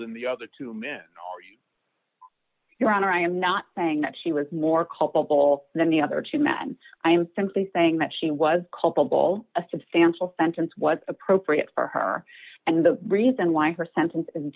than the other two men your honor i am not saying that she was more culpable than the other two men i'm simply saying that she was culpable a substantial sentence was appropriate for her and the reason why her sentence